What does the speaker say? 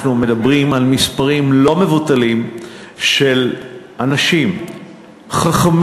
אנחנו מדברים על מספרים לא מבוטלים של אנשים חכמים,